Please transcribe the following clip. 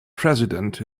president